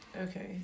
Okay